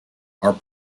are